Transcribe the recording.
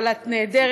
אבל את נהדרת.